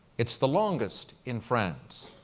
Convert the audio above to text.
it's the longest in france.